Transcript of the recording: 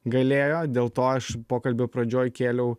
galėjo dėl to aš pokalbio pradžioj kėliau